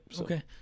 Okay